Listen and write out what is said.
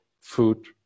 food